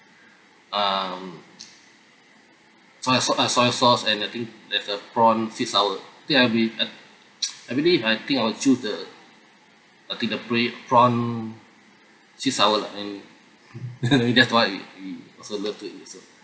um soya sauce uh soya sauce and I think there's a prawn fits our I think I''ll be uh I believe I think I will choose the I think the pra~ prawn sweet sour lah and that's what we we also love to eat also